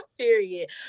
Period